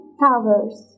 towers